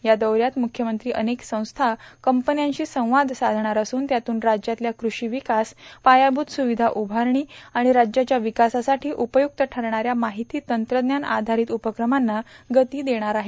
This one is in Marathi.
या दौऱ्यात मुख्यमंत्री अनेक संस्था कंपन्यांशी संवाद साधणार असून त्यातून राज्यातल्या कृषी विकास पायाभूत सुविधा उभारणी आणि राज्याच्या विकासासाठी उपयुक्त ठरणाऱ्या माहिती तंत्रज्ञान आधारित उपक्रमांना गती देणार आहेत